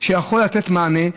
שיכול לתת מענה,